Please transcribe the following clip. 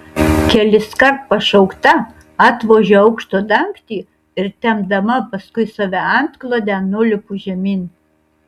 keliskart pašaukta atvožiu aukšto dangtį ir tempdama paskui save antklodę nulipu žemyn